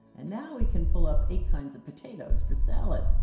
and now he can pull up eight kinds of potatoes for salad.